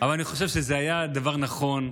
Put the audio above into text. אבל אני חושב שזה היה דבר נכון,